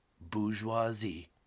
bourgeoisie